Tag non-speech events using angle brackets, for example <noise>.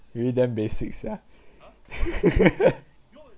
you really damn basic sia <laughs>